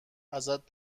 ازت